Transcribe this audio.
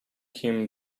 kim